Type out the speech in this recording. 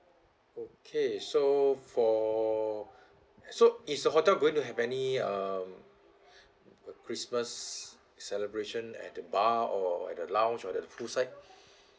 okay so for so is the hotel going to have any um christmas celebration at the bar or at the lounge at the poolside